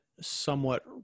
somewhat